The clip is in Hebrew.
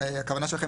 הכוונה שלכם,